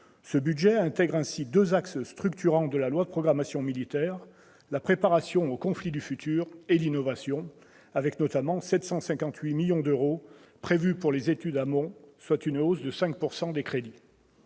Ce budget intègre ainsi deux axes structurants de la loi de programmation militaire, la préparation aux conflits du futur et l'innovation, avec, notamment, 758 millions d'euros prévus pour les études amont, soit une hausse de 5 % des crédits.